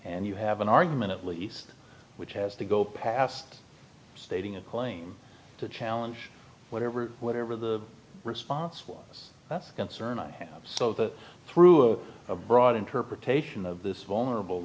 and you have an argument at least which has to go past stating a claim to challenge whatever whatever the response was that's a concern so that through a broad interpretation of this vulnerable